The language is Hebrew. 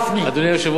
אדוני היושב-ראש,